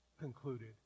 Concluded